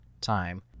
time